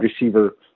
receiver